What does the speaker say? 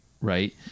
Right